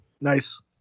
nice